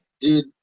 dude